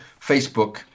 facebook